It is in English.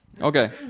Okay